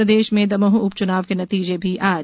प्रदेश में दमोह उपचुनाव के नतीजे आज